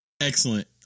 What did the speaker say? excellent